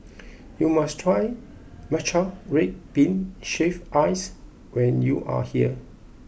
you must try Matcha Red Bean Shaved Ice when you are here